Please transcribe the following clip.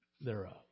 thereof